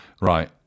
Right